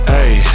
Hey